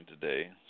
today